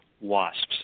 wasps